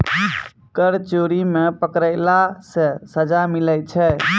कर चोरी मे पकड़ैला से सजा मिलै छै